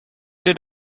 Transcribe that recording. did